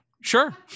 sure